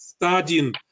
studying